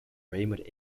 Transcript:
raymond